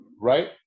Right